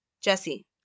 Jesse